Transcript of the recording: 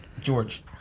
George